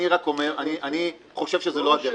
אני חושב שזאת לא הדרך.